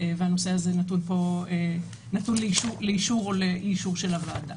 הנושא נתון לאישור או לאי אישור של הוועדה,